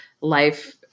life